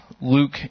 Luke